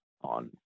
on